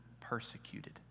persecuted